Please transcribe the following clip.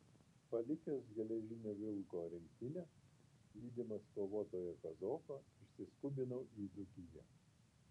palikęs geležinio vilko rinktinę lydimas kovotojo kazoko išsiskubinau į dzūkiją